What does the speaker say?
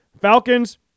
Falcons